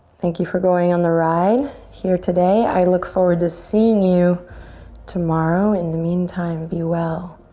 thank you for going on the ride here today. i look forward to seeing you tomorrow. in the meantime, be well.